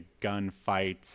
gunfight